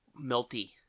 melty